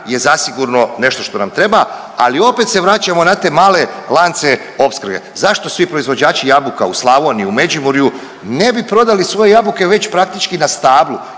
je zasigurno nešto što nam treba, ali opet se vraćamo na te male lance opskrbe, zašto svi proizvođači jabuka u Slavoniji, u Međimurju ne bi prodali svoje jabuke već praktički na stablu